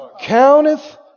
Counteth